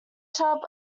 chub